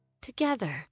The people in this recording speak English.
together